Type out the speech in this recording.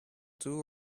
two